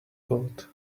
gold